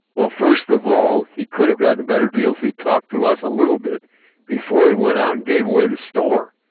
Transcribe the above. well, first of all, he could've gotten a better deal if he talked to us a little bit before he went out and gave away the store.